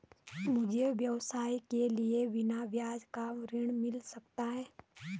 मुझे व्यवसाय के लिए बिना ब्याज का ऋण मिल सकता है?